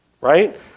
right